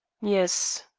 yes.